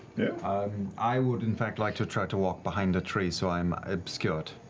ah um i would, in fact, like to try to walk behind a tree so i'm obscured.